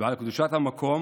ועל קדושת המקום,